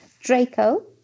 Draco